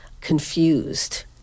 confused